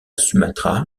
sumatra